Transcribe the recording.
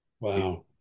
Wow